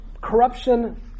corruption